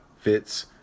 fits